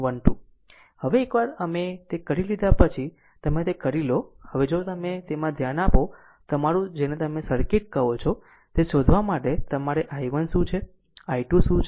હવે એકવાર અમે તે કરી લીધા પછી તમે તે કરી લો હવે જો તમે તેમાં ધ્યાન આપો તમારું જેને તમે સર્કિટ કહો છો તે શોધવા માટે તમારે i1 શું છે i2શું છે